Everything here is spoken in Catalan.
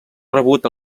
rebut